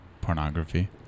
pornography